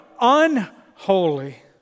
unholy